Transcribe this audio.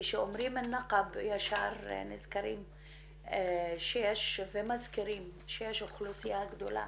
כשאומרים נַקַבּ ישר נזכרים ומזכירים שיש אוכלוסייה גדולה